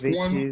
one